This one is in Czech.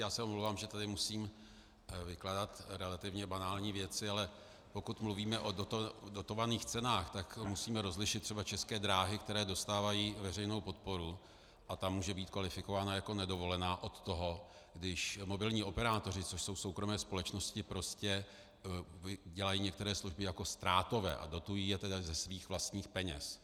Omlouvám se, že tady musím vykládat relativně banální věci, ale pokud mluvíme o dotovaných cenách, tak musíme rozlišit třeba České dráhy, které dostávají veřejnou podporu, a ta může být kvalifikovaná jako nedovolená, od toho, když mobilní operátoři, což jsou soukromé společnosti, prostě dělají některé služby jako ztrátové a dotují je ze svých vlastních peněz.